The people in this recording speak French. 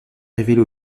révélée